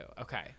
Okay